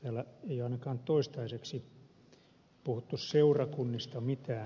täällä ei ole ainakaan toistaiseksi puhuttu seurakunnista mitään